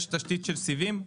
יש תשתית של סיבים,